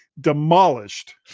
demolished